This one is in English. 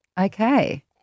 Okay